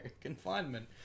confinement